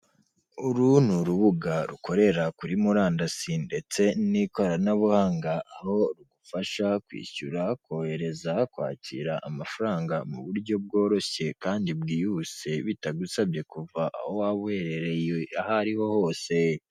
Inyubako nziza rwose igeretse rimwe ikodeshwa igihumbi magana arindwi y'idolari buri kwezi ikaba ari inyubako ifite ibyumba bitanu byo kuraramo, ndetse n'ubwogero butanu, rero ni inzu nziza cyane ushobora kuza ugakodesha hanyuma ukabaho neza, iherereye i Kigali kibagabaga.